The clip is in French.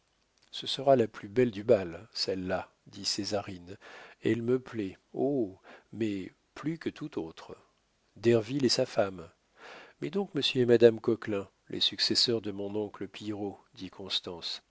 ce sera la plus belle du bal celle-là dit césarine elle me plaît oh mais plus que toute autre derville et sa femme mets donc monsieur et madame coquelin les successeurs de mon oncle pillerault